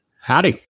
Howdy